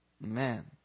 man